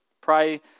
Pray